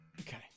Okay